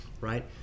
right